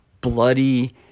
bloody